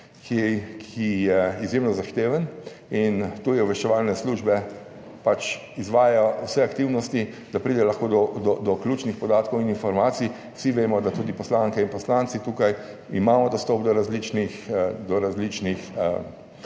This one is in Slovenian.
ki je izjemno zahteven, in tuje obveščevalne službe pač izvajajo vse aktivnosti, da pride lahko do ključnih podatkov in informacij. Vsi vemo, da tudi poslanke in poslanci tukaj imamo dostop do različnih